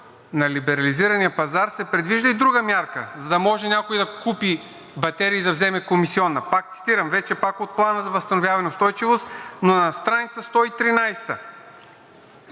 на либерализирания пазар, се предвижда и друга мярка, за да може някой да купи батерии и да вземе комисиона. Пак цитирам, вече пак от Плана за възстановяване и устойчивост, но на страница 113: